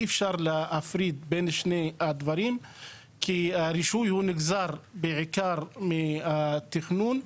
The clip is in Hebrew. אי אפשר להפריד בין שני הדברים כי הרישוי הוא נגזר בעיקר מהתכנון.